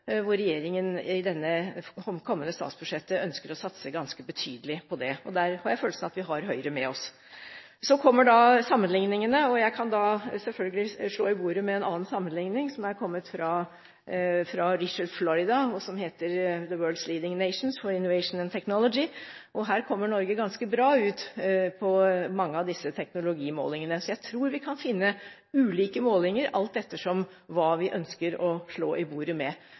regjeringen i det kommende statsbudsjettet ønsker å satse ganske betydelig på. Der har jeg følelsen av at vi har Høyre med oss. Så kommer sammenligningene. Jeg kan da selvfølgelig slå i bordet med en annen sammenligning, som er kommet fra Richard Florida og heter The World's Leading Nations for Innovation and Technology, og Norge kommer ganske bra ut på mange av disse teknologimålingene. Jeg tror vi kan finne ulike målinger alt etter hva vi ønsker å slå i bordet med.